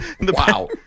Wow